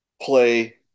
play